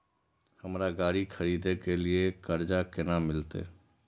हमरा गाड़ी खरदे के लिए कर्जा केना मिलते?